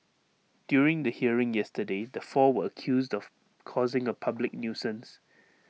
during the hearing yesterday the four were accused of causing A public nuisance